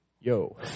Yo